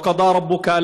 (אומר דברים בשפה הערבית,